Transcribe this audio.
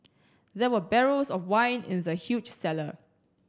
there were barrels of wine in the huge cellar